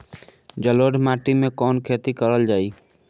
जलोढ़ माटी में कवन खेती करल जाई?